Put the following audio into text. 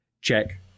check